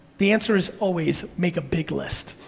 the answer is always make a big list,